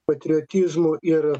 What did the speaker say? patriotizmu ir